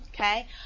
Okay